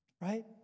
Right